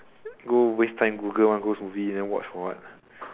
go waste time google one ghost movie then watch for what